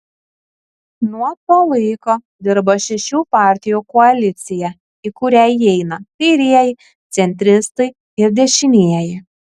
nuo to laiko dirba šešių partijų koalicija į kurią įeina kairieji centristai ir dešinieji